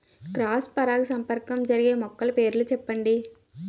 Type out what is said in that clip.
Cross పరాగసంపర్కం జరిగే మొక్కల పేర్లు చెప్పండి?